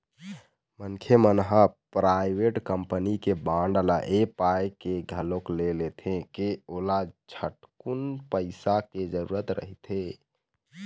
मनखे मन ह पराइवेट कंपनी के बांड ल ऐ पाय के घलोक ले लेथे के ओला झटकुन पइसा के जरूरत रहिथे